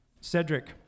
Cedric